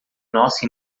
nossa